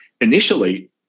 Initially